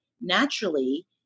naturally